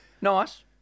Nice